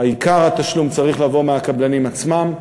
עיקר התשלום צריך לבוא מהקבלנים עצמם,